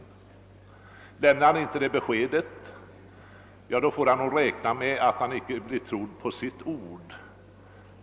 Om han inte lämnar ett sådant besked får han räkna med att inte bli trodd på sitt ord.